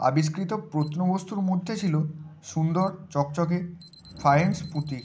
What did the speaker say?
আবিষ্কৃত প্রত্নবস্তুর মধ্যে ছিল সুন্দর চকচকে ফ্যায়েন্স পুঁতি